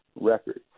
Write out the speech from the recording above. record